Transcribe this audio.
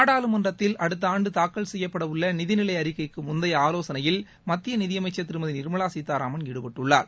நாடாளுமன்றத்தில் அடுத்தாண்டு தாக்கல் செய்யப்பட உள்ள நிதிநிலை அறிக்கைக்கு முந்தைய ஆலோசனையில் மத்திய நிதியமைச்சர் திருமதி நிர்மலா சீதாராமன் ஈடுபட்டுள்ளார்